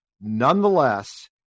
Nonetheless